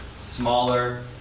smaller